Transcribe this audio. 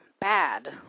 bad